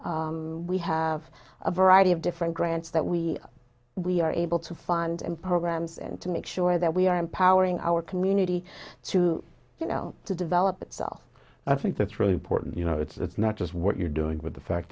programs we have a variety of different grants that we we are able to fund in programs and to make sure that we are empowering our community to you know to develop itself i think that's really important you know it's not just what you're doing with the fact